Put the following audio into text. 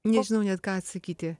nežinau net ką atsakyti